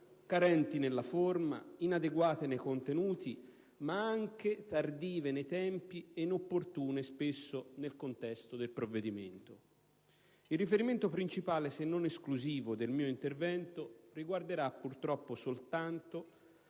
carenti nella forma, inadeguate nei contenuti, ma anche tardive nei tempi e spesso inopportune nel contesto del provvedimento. Il riferimento principale, se non esclusivo, del mio intervento riguarderà purtroppo soltanto